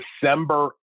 December